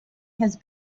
has